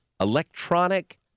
electronic